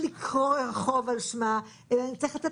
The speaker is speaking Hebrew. אנחנו עכשיו למיטב זכרוני בשנת 2021,